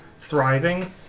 thriving